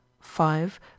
five